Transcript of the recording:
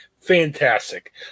Fantastic